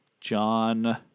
John